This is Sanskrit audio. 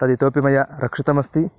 तदितोपि मया रक्षितमस्ति